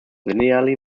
linearly